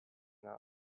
not